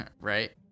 Right